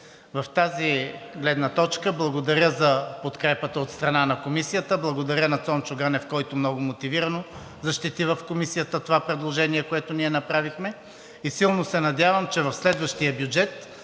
От тази гледна точка благодаря за подкрепата от страна на Комисията, благодаря на Цончо Ганев, който много мотивирано защити в Комисията това предложение, което ние направихме, и силно се надявам, че в следващия бюджет